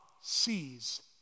sees